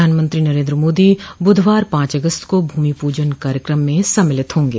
प्रधानमंत्री नरेंद्र मोदी बुधवार पांच अगस्त को भूमि पूजन कार्यक्रम में सम्मिलित होंगे